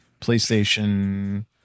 PlayStation